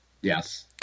yes